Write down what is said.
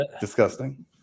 disgusting